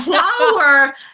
flower